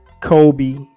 Kobe